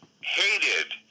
hated